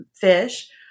fish